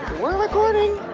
we're recording.